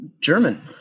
German